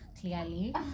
clearly